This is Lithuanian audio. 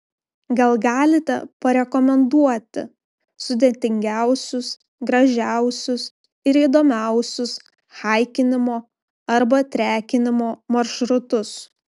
gal galite parekomenduoti sudėtingiausius gražiausius ir įdomiausius haikinimo arba trekinimo maršrutus